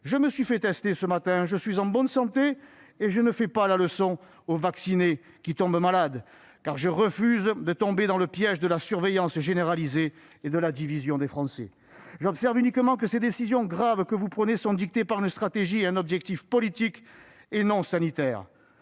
je me suis fait tester ce matin. Je suis en bonne santé et je ne fais pas la leçon aux vaccinés qui tombent malades, car je refuse de tomber dans le piège de la surveillance généralisée et de la division des Français. J'observe uniquement que les décisions graves que vous prenez sont dictées par une stratégie et un objectif politique et non sanitaire.